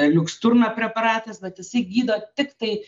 liuksturna preparatas bet jisai gydo tiktai